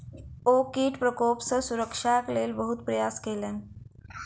ओ कीट प्रकोप सॅ सुरक्षाक लेल बहुत प्रयास केलैन